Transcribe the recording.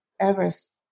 Everest